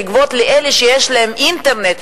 לגבות מאלה שיש להם אינטרנט,